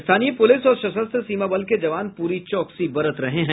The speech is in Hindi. स्थानीय पुलिस और सशस्त्र सीमा बल के जवान पूरी चौकसी बरत रहे हैं